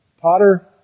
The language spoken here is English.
Potter